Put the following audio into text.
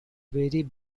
very